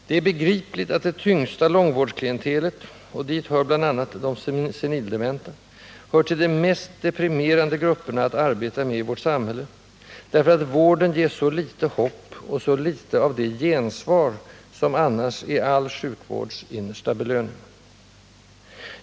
Det är begripligt att det tyngsta långvårds klientelet — och dit hör bl.a. de senildementa — hör till de mest deprimerande grupperna att arbeta med i vårt samhälle, därför att vården ger så litet hopp och så litet av det gensvar som annars är all sjukvårds innersta belöning.